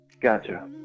Gotcha